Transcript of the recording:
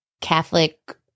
Catholic